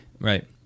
right